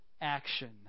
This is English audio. action